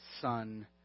Son